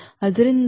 ಆದ್ದರಿಂದ ಈ